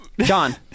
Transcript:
John